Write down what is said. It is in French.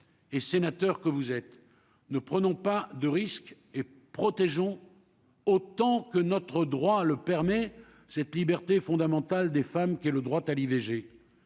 et sénateurs, que vous êtes, ne prenons pas de risques et protégeons autant que notre droit le permet cette liberté fondamentale des femmes qui est le droit à l'IVG,